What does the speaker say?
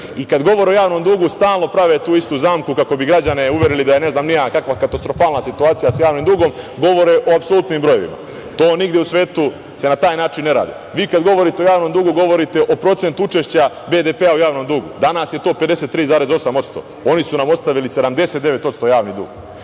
i kad govore o javnom dugu stalno prave tu istu zamku kako bi građane uverili da je, ne znam ni ja, kakva katastrofalna situacija sa javnim dugom, govore o apsolutnim brojevima. To nigde u svetu se na taj način ne radi. Vi kada govorite o javnom dugu govorite o procentu učešća BDP-a u javnom dugu. Danas je to 53,8%, oni su nam ostavili 79% javni dug. Kada